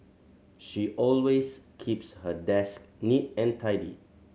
she always keeps her desk neat and tidy